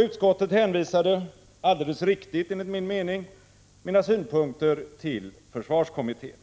Utskottet hänvisade, helt riktigt enligt min mening, mina synpunkter till försvarskommittén.